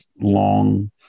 long